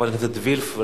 חברת הכנסת עינת וילף,